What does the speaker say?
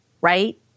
right